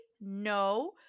No